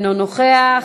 אינו נוכח.